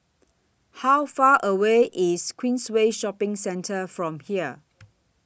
How Far away IS Queensway Shopping Centre from here